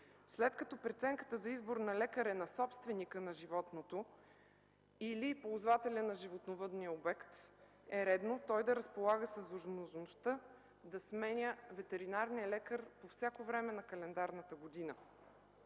След като преценката за избор на лекар е на собственика на животното или ползвателя на животновъдния обект, редно е той да разполага с възможността да сменя ветеринарния лекар по всяко време на календарната година.